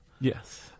Yes